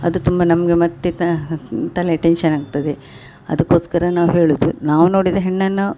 ಅದು ತುಂಬ ನಮಗೆ ಮತ್ತು ಕ ತಲೆ ಟೆನ್ಶನ್ ಆಗ್ತದೆ ಅದಕ್ಕೋಸ್ಕರ ನಾವು ಹೇಳುದು ನಾವು ನೋಡಿದ ಹೆಣ್ಣನ್ನು